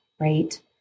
right